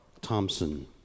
Thompson